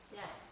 yes